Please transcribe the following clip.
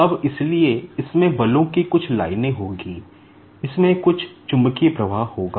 अब इसलिए इसमें बलों की कुछ लाइनें होंगी इसमें कुछ चुंबकीय प्रवाह होगा